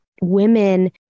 women